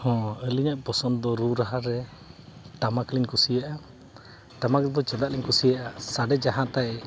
ᱦᱮᱸ ᱟᱹᱞᱤᱧᱟᱜ ᱯᱚᱥᱚᱱᱫᱽ ᱫᱚ ᱨᱩ ᱨᱟᱦᱟᱨᱮ ᱴᱟᱢᱟᱠ ᱞᱤᱧ ᱠᱩᱥᱤᱭᱟᱜᱼᱟ ᱴᱟᱢᱟᱠ ᱫᱚ ᱪᱮᱫᱟᱜ ᱞᱤᱧ ᱠᱩᱥᱤᱭᱟᱜᱼᱟ ᱥᱟᱰᱮ ᱡᱟᱦᱟᱸ ᱛᱟᱭ